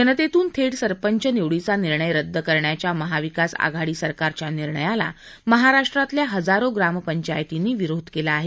जनतेतून थेट सरपंच निवडीचा निर्णय रद्द करण्याच्या महाविकास आघाडी सरकारच्या निर्णयाला महाराष्ट्रातल्या हजारो ग्रामपंचायतींनी विरोध केला आहे